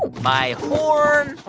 my horn.